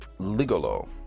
Ligolo